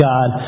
God